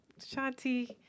Shanti